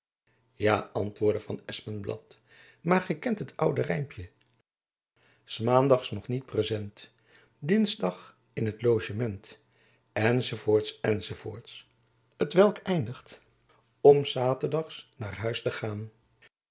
ja antwoordde van espenblad maar gy kent het oude rijmpjen s maandags nog niet present dingsdag in t logement enz t welk eindigt om s saturdags naar huis te gaan